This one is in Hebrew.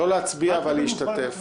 לא להצביע, אבל להשתתף.